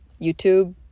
YouTube